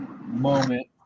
moment